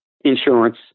insurance